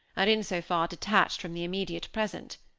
and in so far detached from the immediate present.